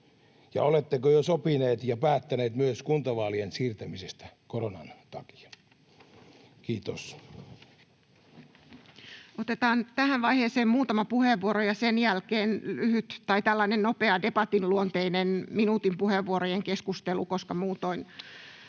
oletteko jo sopineet ja päättäneet myös kuntavaalien siirtämisestä koronan takia. — Kiitos. Otetaan tähän vaiheeseen muutama puheenvuoro ja sen jälkeen tällainen nopea debatinluonteinen minuutin puheenvuorojen keskustelu, koska muutoin